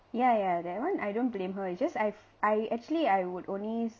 ya ya that [one] I don't blame her it's just I've I actually I would only